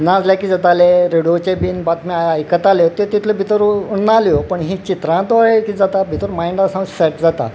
नाजाल्यार कित जातालें रेडयोचेर बीन बातम्यो आयकताल्यो त्यो तितल्यो भितर उरनाहल्यो पूण ही चित्रां थ्रू कित जाता भितर मायंडा वोचोन सेट जाता